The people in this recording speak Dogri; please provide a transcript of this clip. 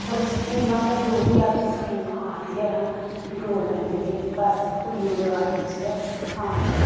होर स्कीमा केह् जो बी अज्ज स्कीम आ दी ऐ ना गौरमैंट दी बस कुड़ियें दे बारे च गै आ दी ऐ